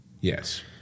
Yes